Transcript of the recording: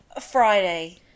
Friday